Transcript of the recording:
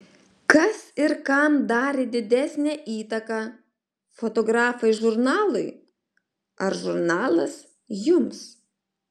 kas ir kam darė didesnę įtaką fotografai žurnalui ar žurnalas jums